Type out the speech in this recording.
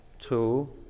Two